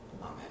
Amen